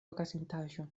okazintaĵo